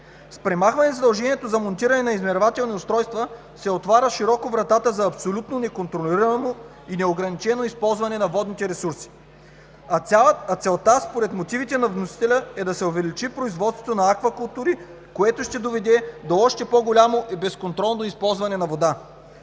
С премахване на задължението за монтиране на измервателни устройства се отваря широко вратата за абсолютно неконтролирано и неограничено използване на водните ресурси, а според мотивите на вносителя, целта е да се увеличи производството на аквакултури, което ще доведе до още по-голямо и безконтролно използване на вода.